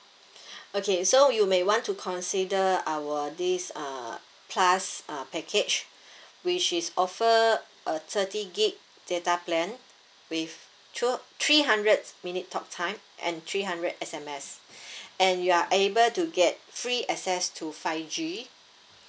okay so you may want to consider our this uh plus uh package which is offered a thirty gig data plan with two three hundreds minute talk time and three hundred S_M_S and you are able to get free access to five G